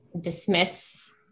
dismiss